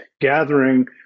gathering